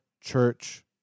church